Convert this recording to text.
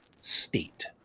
state